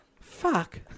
Fuck